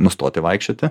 nustoti vaikščioti